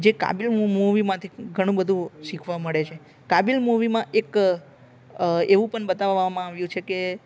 જે કાબિલ મુવીમાંથી ઘણું બધું શીખવા મળે છે કાબીલ મુવીમાં એક એવું પણ બતાવવામાં આવ્યું છે કે